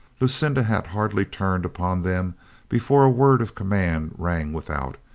lucinda had hardly turned upon them before a word of command rang without,